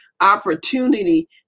opportunity